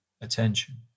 attention